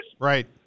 Right